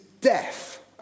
death